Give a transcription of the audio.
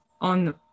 on